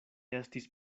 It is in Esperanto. estis